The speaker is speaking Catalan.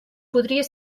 podria